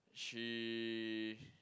she